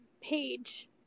page